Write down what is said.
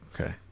okay